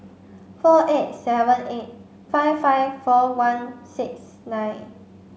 four eight seven eight five five four one six nine